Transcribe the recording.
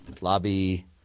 Lobby